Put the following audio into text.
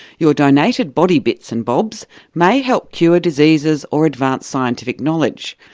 your donated body bits and bobs may help cure diseases or advance scientific knowledge,